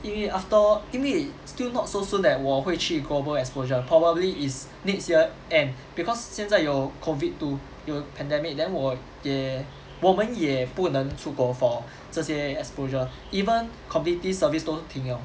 因为 after all 因为 still not so soon that 我会去 global exposure probably is next year and because 现在有 COVID too 有 pandemic then 我也我们也不能出国 for 这些 exposure even community service 都停 liao